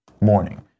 morning